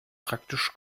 praktisch